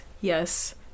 Yes